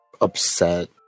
upset